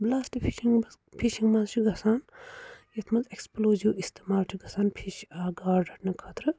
بٕلاسٹہٕ fishing fishing منٛز چھِ گَژھان یَتھ منٛز ایٚکٕسپٕلوٗزِو اِستعمال چھُ گَژھان فِش گاڈٕ رَٹنہٕ خٲطرٕ